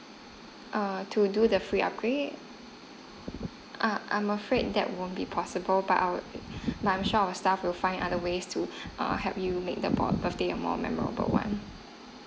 err to do the free upgrade err I'm afraid that won't be possible but our but I'm sure our staff will find other ways to err help you make the birthday of your the memorable one